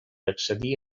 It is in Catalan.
accedir